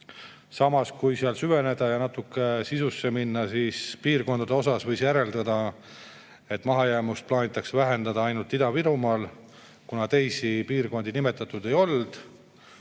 Samas, kui süveneda ja natuke sisusse minna, siis piirkondade koha pealt võib järeldada, et mahajäämust plaanitakse vähendada ainult Ida-Virumaal, sest teisi piirkondi ei ole